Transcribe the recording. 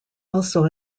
also